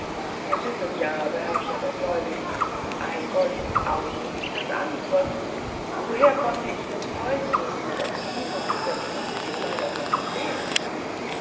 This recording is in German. ihr wisset ja beherrscher der gläubigen daß ein goldstück aussieht wie das andere woher konnte ich denn zeugen nehmen daß diese hundert stück in meiner kasse fehlen